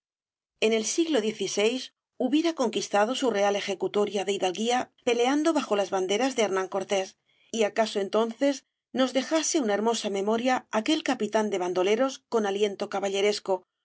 en el siglo xvi hubiera conquistado su real ejecutoria de hidalguía peleando bajo las banderas de hernán cortés y acaso entonces nos dejase una hermosa memoria aquel capitán de bandoleros con aliento caballeresco